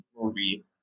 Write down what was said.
movie